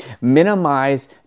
minimize